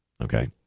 Okay